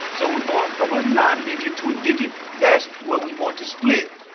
so we're going from a non-digit to a digit. that's where we want to split.